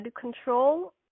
control